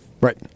Right